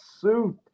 suit